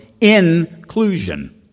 inclusion